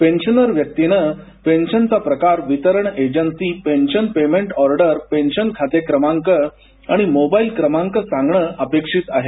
pensioner व्यक्तीनं पेन्शनचा प्रकार वितरण agency pension payment order pension खाते क्रमांक आणि मोबाईल क्रमांक सांगणं अपेक्षित आहे